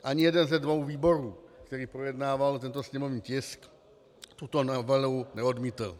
Ani jeden ze dvou výborů, který projednával tento sněmovní tisk, tuto novelu neodmítl.